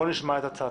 נשמע את הצעתכם.